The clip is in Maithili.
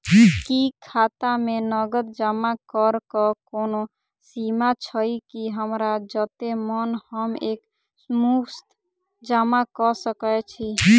की खाता मे नगद जमा करऽ कऽ कोनो सीमा छई, की हमरा जत्ते मन हम एक मुस्त जमा कऽ सकय छी?